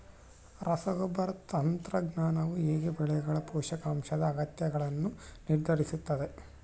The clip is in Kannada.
ರಸಗೊಬ್ಬರ ತಂತ್ರಜ್ಞಾನವು ಹೇಗೆ ಬೆಳೆಗಳ ಪೋಷಕಾಂಶದ ಅಗತ್ಯಗಳನ್ನು ನಿರ್ಧರಿಸುತ್ತದೆ?